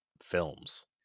films